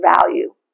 value